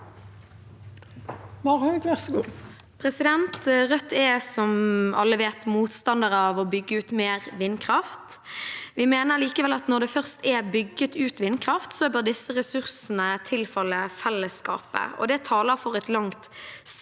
Rødt er, som alle vet, motstander av å bygge ut mer vindkraft. Vi mener likevel at når det først er bygget ut vindkraft, bør disse ressursene tilfalle fellesskapet, og det taler for et langt